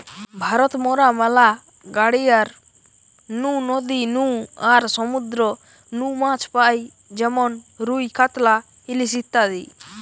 ভারত মরা ম্যালা গড়িয়ার নু, নদী নু আর সমুদ্র নু মাছ পাই যেমন রুই, কাতলা, ইলিশ ইত্যাদি